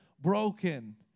broken